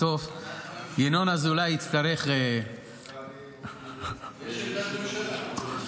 בסוף ינון אזולאי יצטרך --- יש עמדת ממשלה.